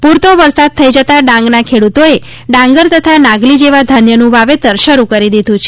પુરતો વરસાદ થઇ જતા ડાંગના ખેડ્રતોએ ડાંગર તથા નાગલી જેવા ધાન્યનું વાવેતર શરૂ કરી દીધું છે